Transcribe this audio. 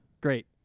Great